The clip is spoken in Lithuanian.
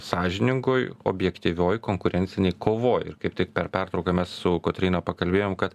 sąžiningoj objektyvioj konkurencinėj kovoj ir kaip tik per pertrauką mes su kotryna pakalbėjom kad